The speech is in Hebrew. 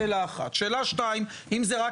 שאלה שנייה, אם אלה רק